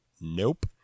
Nope